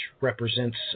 represents